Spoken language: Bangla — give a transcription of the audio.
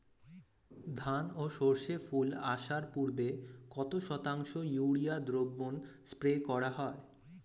ধান ও সর্ষে ফুল আসার পূর্বে কত শতাংশ ইউরিয়া দ্রবণ স্প্রে করা হয়?